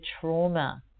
trauma